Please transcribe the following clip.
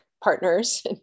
partners